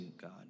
God